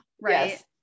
Right